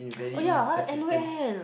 oh ya l_o_l